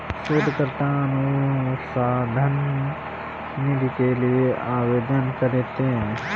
शोधकर्ता अनुसंधान निधि के लिए आवेदन करते हैं